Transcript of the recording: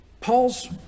Paul's